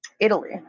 Italy